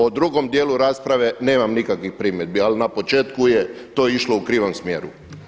O drugom dijelu rasprave nemam nikakvih primjedbu, ali na početku je to išlo u krivom smjeru.